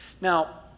Now